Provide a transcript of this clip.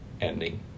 ending